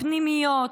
פנימיות,